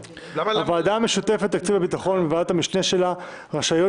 הוועדה המשותפת לתקציב הביטחון וועדת המשנה שלה רשאיות